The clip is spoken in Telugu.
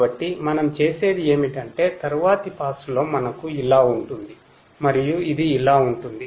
కాబట్టి మనం చేసేది ఏమిటంటే తరువాతి పాస్ లో మనకు ఇలా ఉంటుంది మరియు ఇది ఇలా ఉంటుంది